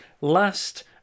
Last